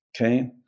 okay